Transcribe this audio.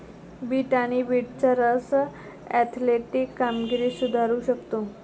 bit आणि बीटचा रस ऍथलेटिक कामगिरी सुधारू शकतो